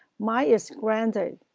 mine is granted,